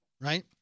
right